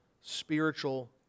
spiritual